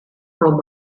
from